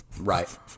Right